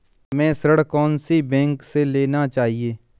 हमें ऋण कौन सी बैंक से लेना चाहिए?